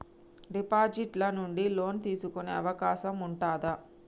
Deposit ల నుండి loan తీసుకునే అవకాశం ఉంటదా?